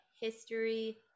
history